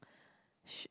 sh~